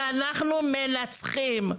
שאנחנו מנצחים,